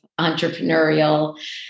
entrepreneurial